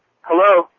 Hello